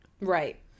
Right